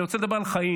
אני רוצה לדבר על חיים.